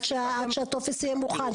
עד שהטופס יהיה מוכן?